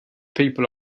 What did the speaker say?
people